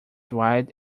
wide